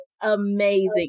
amazing